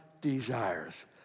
desires